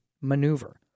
Maneuver